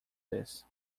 this